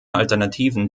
alternativen